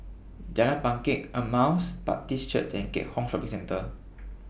Jalan Bangket Emmaus Baptist Church and Keat Hong Shopping Centre